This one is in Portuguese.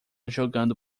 jogando